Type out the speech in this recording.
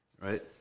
right